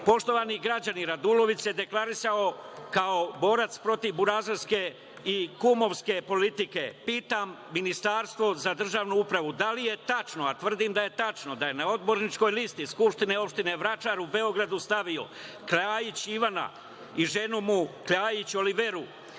dinara“.Poštovani građani, Radulović se deklarisao kao borac protiv burazerske i kumovske politike. Pitam Ministarstvo za državnu upravu da li je tačno, a tvrdim da je tačno, da je na odborničkoj listi Skupštine opštine Vračar u Beogradu stavio Kljajić Ivana i ženu mu, Kljajić Oliveru,